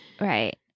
right